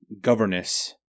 governess